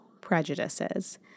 prejudices